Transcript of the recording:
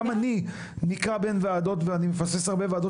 גם אני נקרע בין ועדות ואני מפספס הרבה ועדות